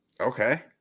Okay